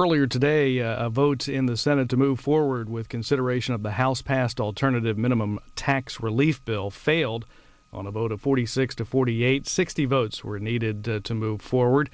earlier today votes in the senate to move forward with consideration of the house passed alternative minimum tax relief bill failed on a vote of forty six to forty eight sixty votes were needed to move forward